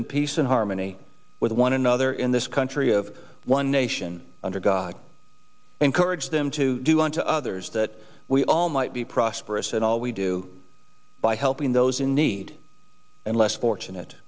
in peace and harmony with one another in this country of one nation under god encourage them to do on to others that we all might be prosperous and all we do by helping those in need and less fortunate